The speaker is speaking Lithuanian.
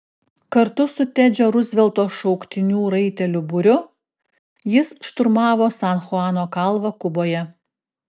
kartu su tedžio ruzvelto šauktinių raitelių būriu jis šturmavo san chuano kalvą kuboje